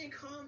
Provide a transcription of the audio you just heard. come